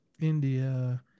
India